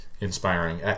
inspiring